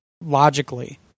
logically